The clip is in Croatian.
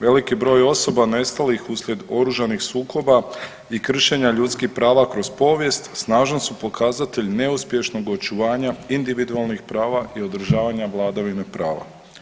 Veliki broj osoba nestalih uslijed oružanih sukoba i kršenja ljudskih prava kroz povijest snažan su pokazatelj neuspješnog očuvanja individualnih prava i održavanja vladavine prava.